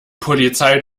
polizei